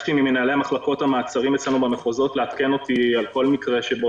ביקשתי ממנהלי מחלקות המעצרים אצלנו במחוזות לעדכן אותי בכל מקרה שבו